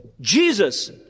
Jesus